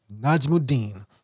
Najmuddin